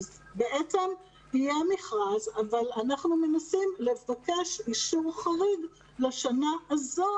בעצם יהיה מכרז אבל אנחנו מנסים לבקש אישור חריג לשנה הזו,